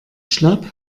schnapp